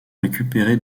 récupérer